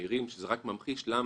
מהירים שזה רק ממחיש למה